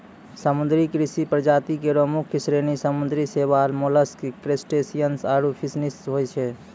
समुद्री कृषि प्रजाति केरो मुख्य श्रेणी समुद्री शैवाल, मोलस्क, क्रसटेशियन्स आरु फिनफिश होय छै